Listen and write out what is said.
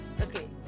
okay